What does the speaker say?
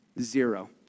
Zero